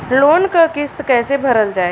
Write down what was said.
Loan क किस्त कैसे भरल जाए?